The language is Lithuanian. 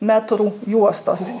metrų juostos